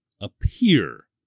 appear